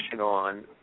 on